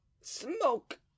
smoke